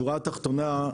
בשורה התחתונה,